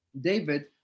david